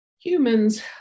humans